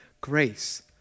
grace